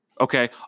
Okay